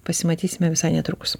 pasimatysime visai netrukus